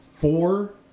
four